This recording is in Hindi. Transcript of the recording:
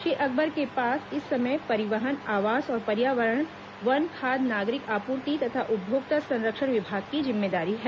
श्री अकबर के पास इस समय परिवहन आवास और पर्यावरण वन खाद्य नागरिक आपूर्ति तथा उपभोक्ता संरक्षण विभाग की जिम्मेदारी है